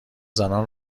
زنان